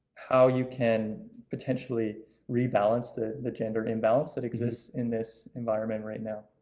how you can potentially rebalance the the gender imbalance that exists in this environment right now.